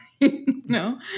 no